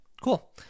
Cool